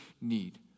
need